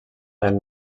del